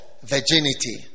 virginity